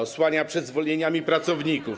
Osłania przed zwolnieniami pracowników.